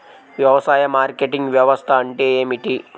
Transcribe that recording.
వ్యవసాయ మార్కెటింగ్ వ్యవస్థ అంటే ఏమిటి?